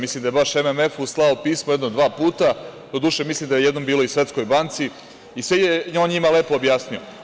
Mislim da je baš MMF slao pismo jedno dva puta, doduše mislim da je jednom bilo i Svetskoj banci i sve je on njima lepo objasnio.